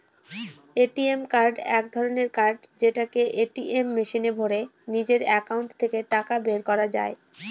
ATM card এক ধরনের card যেটাকে এটিএম মেশিনে ভোরে নিজের একাউন্ট থেকে টাকা বের করা যায়